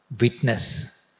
witness